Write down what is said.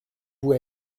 vous